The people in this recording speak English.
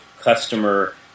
customer